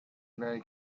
very